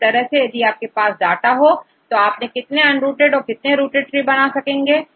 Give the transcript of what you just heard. इसी तरह यदि आपके पास तो डाटा है आप कितने अनरूटेड और रूटेड ट्री बना सकेंगे